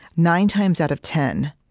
nine times out of ten,